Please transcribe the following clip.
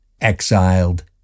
exiled